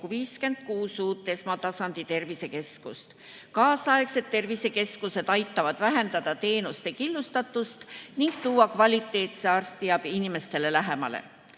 56 uut esmatasandi tervisekeskust. Kaasaegsed tervisekeskused aitavad vähendada teenuste killustatust ning tuua kvaliteetse arstiabi inimestele lähemale.